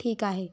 ठीक आहे